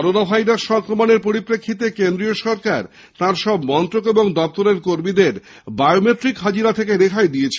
corona virus সংক্রমণের পরিপ্রেক্ষিতে কেন্দ্রীয় সরকার তার সব মন্ত্রক ও দপ্তরের কর্মীদের বায়োমেট্রিক হাজিরা থেকে রেহাই দিয়েছে